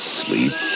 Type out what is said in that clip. sleep